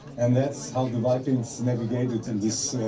and that's how the vikings navigated in this, ah,